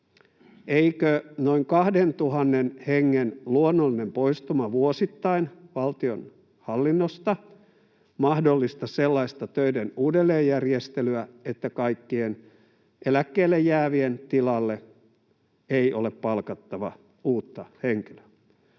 eikö noin 2 000 hengen luonnollinen poistuma vuosittain valtionhallinnosta mahdollista sellaista töiden uudelleenjärjestelyä, että kaikkien eläkkeelle jäävien tilalle ei tule palkata uutta henkilöä?